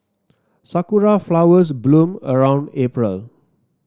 sakura flowers bloom around April